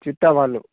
ଚିତା ଭାଲୁ